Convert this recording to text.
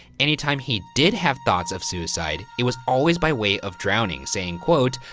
any time he did have thoughts of suicide, it was always by way of drowning, saying quote,